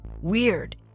Weird